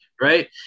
right